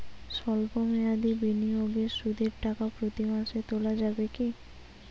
সল্প মেয়াদি বিনিয়োগে সুদের টাকা প্রতি মাসে তোলা যাবে কি?